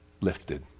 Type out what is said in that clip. lifted